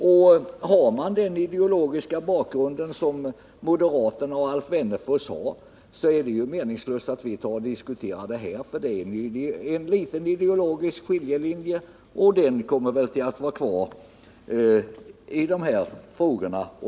Det är en ideologisk skiljelinje mellan moderaterna och Alf Wennerfors å ena sidan och oss å den andra. Den kommer att bestå.